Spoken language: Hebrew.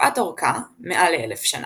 מפאת אורכה, מעל ל-1,000 שנה,